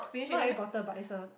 not Harry-Potter but it's a